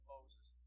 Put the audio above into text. Moses